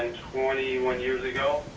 twenty one years ago.